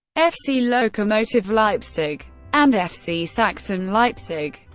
fc lokomotive leipzig and fc sachsen leipzig.